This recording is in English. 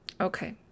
Okay